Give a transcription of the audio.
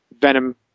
Venom